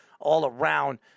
all-around